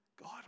God